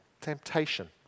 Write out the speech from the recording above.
temptation